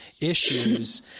issues